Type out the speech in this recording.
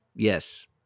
Yes